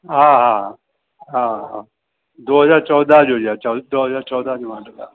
हा हा हा हा दो हज़ार चौदह जो इहा चौ दो हज़ार चौदह जो मॉडल आहे